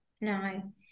no